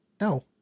No